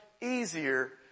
easier